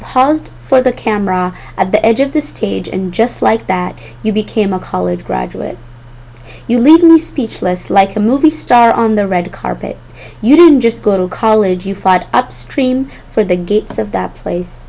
polished for the camera at the edge of the stage and just like that you became a college graduate you made me speechless like a movie star on the red carpet you didn't just go to college you fired up stream for the gates of that place